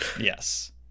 yes